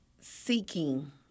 seeking